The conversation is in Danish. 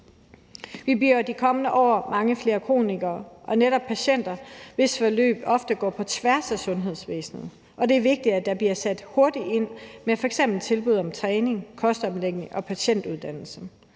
Vi bliver i de kommende år mange flere kronikere, og det er netop patienter, hvis forløb ofte går på tværs af sundhedsvæsenet. Det er vigtigt, at der bliver sat hurtigt ind med f.eks. tilbud om træning, kostomlægning og patientuddannelse,